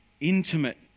intimate